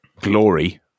glory